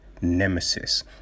nemesis